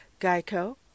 Geico